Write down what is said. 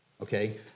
okay